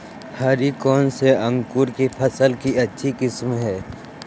हरी कौन सी अंकुर की फसल के अच्छी किस्म है?